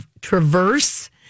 traverse